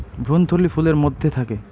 ভ্রূণথলি ফুলের মধ্যে থাকে